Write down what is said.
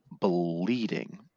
bleeding